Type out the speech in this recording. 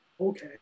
Okay